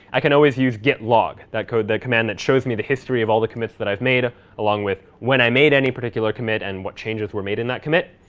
i can always use git log, that code, that command that shows me the history of all the comments that i've made along with when i made any particular commit and what changes were made in that commit.